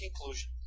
conclusion